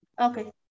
Okay